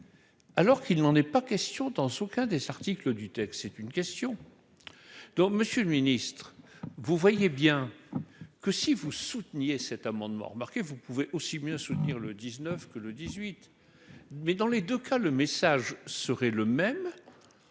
Alors qu'il n'en est pas question dans ce cas des articles du texte, c'est une question donc Monsieur le Ministre, vous voyez bien que si vous souteniez cet amendement remarqué, vous pouvez aussi mieux soutenir le dix-neuf que le 18 mai dans les 2 cas, le message serait le même